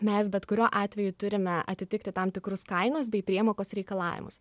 mes bet kuriuo atveju turime atitikti tam tikrus kainos bei priemokos reikalavimus